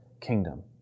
kingdom